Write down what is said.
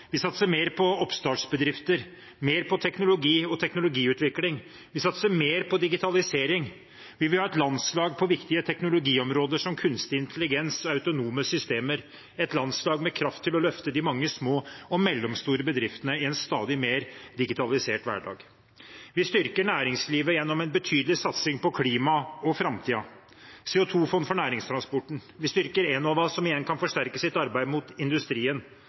vi satser mer på oppstartsbedrifter, mer på teknologi og teknologiutvikling, vi satser mer på digitalisering, vi vil ha et landslag på viktige teknologiområder som kunstig intelligens og autonome systemer, et landslag med kraft til å løfte de mange små og mellomstore bedriftene i en stadig mer digitalisert hverdag. Vi styrker næringslivet gjennom en betydelig satsing på klima og framtiden, med et CO 2 -fond for næringstransporten. Vi styrker Enova, som igjen kan forsterke sitt arbeid inn mot industrien.